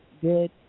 good